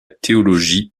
théologie